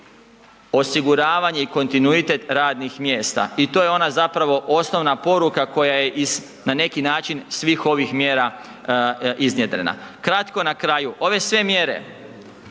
osiguravanje i kontinuitet radnih mjesta i to je ona zapravo osnovna poruka koja je iz, na neki način, svih ovih mjera iznjedrena. Kratko na kraju, ove sve mjere,